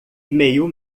meio